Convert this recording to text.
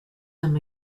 them